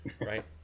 Right